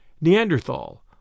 Neanderthal